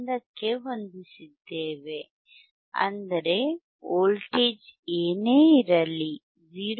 1 ಕ್ಕೆ ಹೊಂದಿಸಿದ್ದೇವೆ ಅಂದರೆ ವೋಲ್ಟೇಜ್ ಏನೇ ಇರಲಿ 0